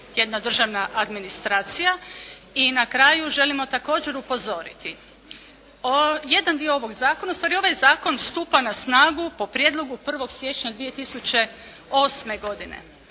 jedna državna administracija. I na kraju želimo također upozoriti, jedan dio ovog zakona, zapravo ovaj zakon stupa na snagu po prijedlogu 1. siječnja 2008. godine,